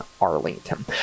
Arlington